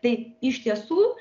tai iš tiesų